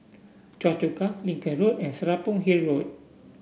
Choa Chu Kang Lincoln Road and Serapong Hill Road